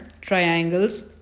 triangles